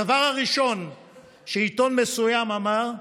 הדבר הראשון שעיתון מסוים אמר: